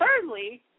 Thirdly